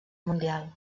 mundial